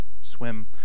swim